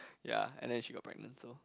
ya and then she got pregnant so